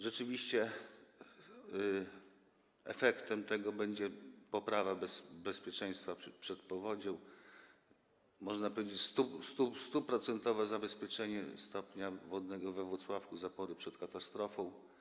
Rzeczywiście efektem tego będzie poprawa bezpieczeństwa przeciwpowodziowego, można powiedzieć, 100-procentowe zabezpieczenie stopnia wodnego we Włocławku, zapory przed katastrofą.